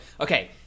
okay